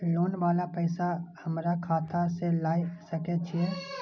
Loan वाला पैसा हमरा खाता से लाय सके छीये?